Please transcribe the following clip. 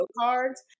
cards